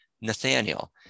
Nathaniel